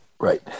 Right